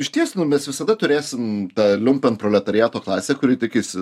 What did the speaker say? išties mes visada turėsim tą liumpenproletariato klasę kuri tikisi